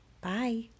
Bye